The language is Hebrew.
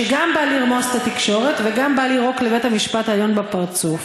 שגם בא לרמוס את התקשורת וגם בא לירוק לבית-המשפט העליון בפרצוף.